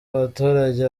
abaturage